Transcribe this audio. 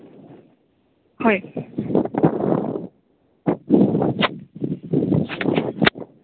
ᱦᱳᱭ